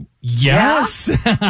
Yes